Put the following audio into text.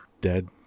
Dead